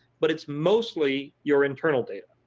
but it's mostly your internal data,